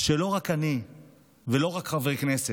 לא רק שלי ולא רק של חברי כנסת,